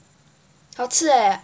好吃 eh